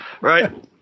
Right